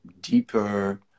deeper